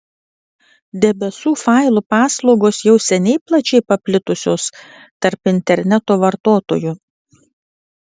debesų failų paslaugos jau seniai plačiai paplitusios tarp interneto vartotojų